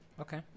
Okay